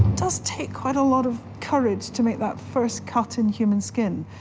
does take quite a lot of courage to make that first cut in human skin,